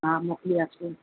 હા મોકલી આપીશું